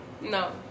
No